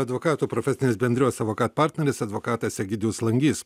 advokatų profesinės bendrijos avokat partneris advokatas egidijus langys